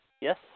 Yes